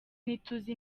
ntituzi